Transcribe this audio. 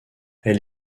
elle